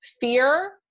Fear